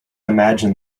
imagine